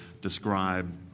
describe